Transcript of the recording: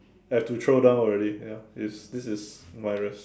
I've to throw down already ya this this is my risk